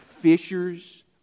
fishers